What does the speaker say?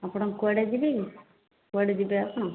ଆପଣ କୁଆଡ଼େ ଯିବେ କି କୁଆଡ଼େ ଯିବେ ଆପଣ